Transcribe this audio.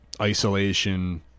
isolation